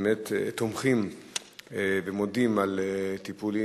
באמת תומכים ומודים על טיפול,